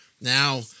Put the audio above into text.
Now